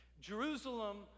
Jerusalem